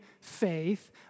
faith